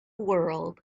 world